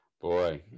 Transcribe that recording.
boy